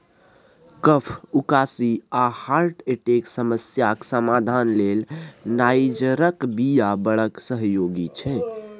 कफ, उकासी आ हार्टक समस्याक समाधान लेल नाइजरक बीया बड़ सहयोगी छै